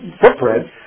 footprint